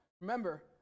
remember